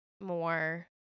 more